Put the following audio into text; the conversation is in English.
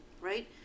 right